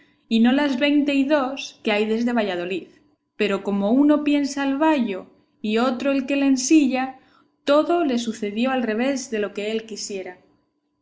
y no las veinte y dos que hay desde valladolid pero como uno piensa el bayo y otro el que le ensilla todo le sucedió al revés de lo que él quisiera